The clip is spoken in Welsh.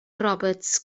roberts